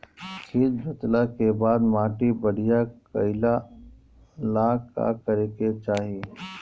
खेत जोतला के बाद माटी बढ़िया कइला ला का करे के चाही?